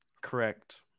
Correct